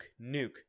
nuke